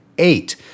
eight